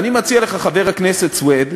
ואני מציע לך, חבר הכנסת סוייד,